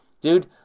Dude